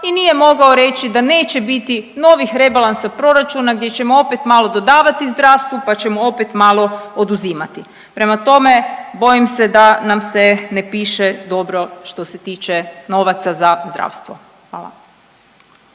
i nije mogao reći da neće biti novih rebalansa proračuna gdje ćemo opet malo dodavati zdravstvu, pa ćemo opet malo oduzimati. Prema tome bojim se da nam se ne piše dobro što se tiče novaca za zdravstvo. Hvala.